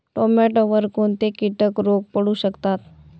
टोमॅटोवर कोणते किटक रोग पडू शकतात?